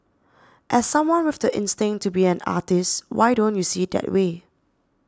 as someone with the instinct to be an artist why don't you see that way